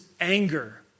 anger